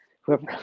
Whoever